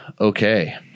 okay